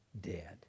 dead